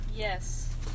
Yes